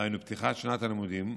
דהיינו פתיחת שנת הלימודים,